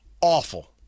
awful